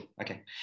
Okay